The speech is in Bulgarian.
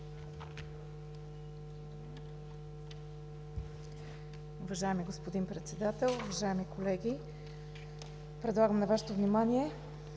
Уважаеми господин Председател, уважаеми колеги! Предлагам на Вашето внимание: